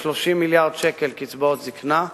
נכון שהתחייבתי לקדם בוועדה ולהביא בתחילת מושב